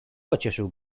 pocieszył